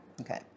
Okay